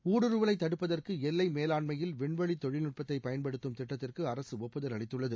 ஊருடுவலை தடுப்பதற்கு எல்லை மேலாண்மையில் விண்வெளி தொழில்நுட்பத்தை பயன்படுத்தும் திட்டத்திற்கு அரசு ஒப்புதல் அளித்துள்ளது